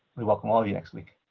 we welcome all of you next week.